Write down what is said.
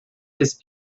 his